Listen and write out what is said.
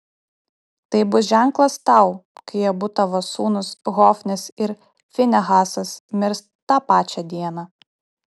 tai bus ženklas tau kai abu tavo sūnūs hofnis ir finehasas mirs tą pačią dieną